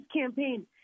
campaign